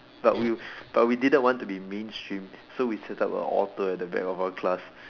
but we but we didn't want to be mainstream so we set up a altar at the back of our class